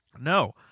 No